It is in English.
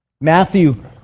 Matthew